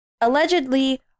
Allegedly